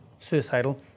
Suicidal